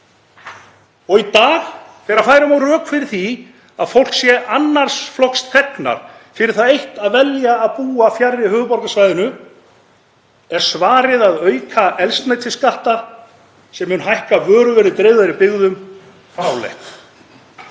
Og í dag, þegar færa má rök fyrir því að fólk sé annars flokks þegnar fyrir það eitt að velja að búa fjarri höfuðborgarsvæðinu, er svarið að auka eldsneytisskatta sem mun hækka vöruverð í dreifðari byggðum fráleitt.